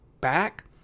back